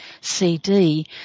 CD